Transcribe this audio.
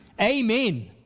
Amen